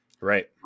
right